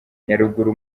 nyaruguru